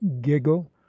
giggle